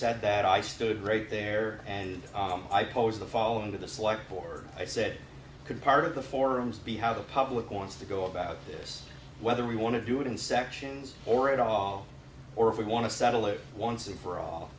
said that i stood right there and i posed the following to the select board i said could part of the forums be how the public wants to go about this whether we want to do it in sections or at all or if we want to settle it once and for all